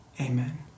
Amen